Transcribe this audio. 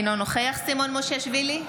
אינו נוכח סימון מושיאשוילי,